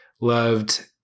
loved